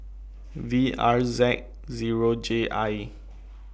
V R Z Zero J I